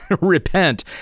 repent